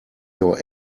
your